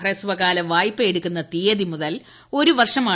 ഹ്രസ്വകാല വായ്പ എടുക്കുന്ന തീയതി മുതൽ ഒരു വർഷമാണ്